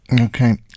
Okay